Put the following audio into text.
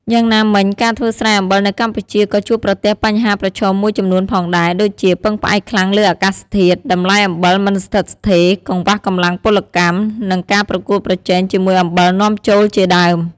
យ៉ាងណាមិញ ការធ្វើស្រែអំបិលនៅកម្ពុជាក៏ជួបប្រទះបញ្ហាប្រឈមមួយចំនួនផងដែរ ដូចជា ពឹងផ្អែកខ្លាំងលើអាកាសធាតុ តម្លៃអំបិលមិនស្ថិតស្ថេរ កង្វះកម្លាំងពលកម្ម និងការប្រកួតប្រជែងជាមួយអំបិលនាំចូលជាដើម។